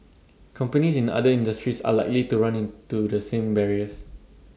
companies in other industries are likely to run into the same barriers